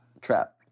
trap